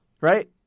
Right